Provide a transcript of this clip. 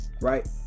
right